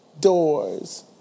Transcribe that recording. doors